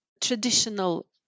traditional